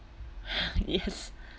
yes